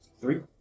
Three